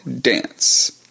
dance